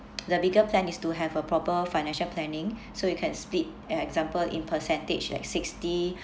the bigger plan is to have a proper financial planning so you can split example in percentage like sixty